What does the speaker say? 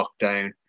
lockdown